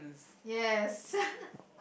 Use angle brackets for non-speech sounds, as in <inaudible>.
yes <laughs>